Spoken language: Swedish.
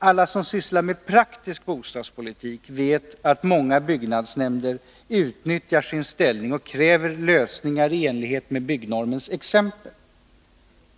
Alla som sysslar med praktisk bostadspolitik vet att många byggnadsnämnder utnyttjar sin ställning och kräver lösningar i enlighet med byggnormens exempel.